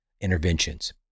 interventions